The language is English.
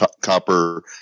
Copper